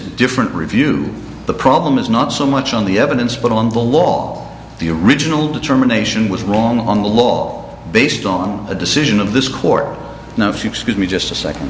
different review the problem is not so much on the evidence but on the law the original determination was wrong on the law based on the decision of this court now if you excuse me just a second